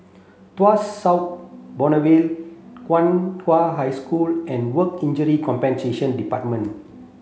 Tuas South Boulevard Nan Hua High School and Work Injury Compensation Department